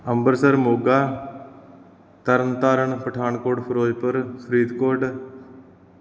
Amritsar Moga Tarn Taran Pathankot Firozpur Faridkot